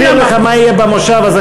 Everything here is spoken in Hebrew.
אז אני אסביר לך מה יהיה במושב הזה,